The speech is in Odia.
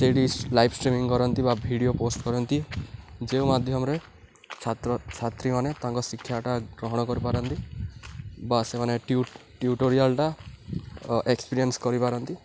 ସେଇଠି ଲାଇଭ୍ ଷ୍ଟ୍ରିମିଂ କରନ୍ତି ବା ଭିଡ଼ିଓ ପୋଷ୍ଟ କରନ୍ତି ଯେଉଁ ମାଧ୍ୟମରେ ଛାତ୍ର ଛାତ୍ରୀମାନେ ତାଙ୍କ ଶିକ୍ଷାଟା ଗ୍ରହଣ କରିପାରନ୍ତି ବା ସେମାନେ ଟିୁଟୋରିଆଲ୍ଟା ଏକ୍ସପିରିଏନ୍ସ କରିପାରନ୍ତି